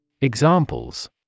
Examples